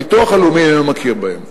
הביטוח הלאומי איננו מכיר בהם.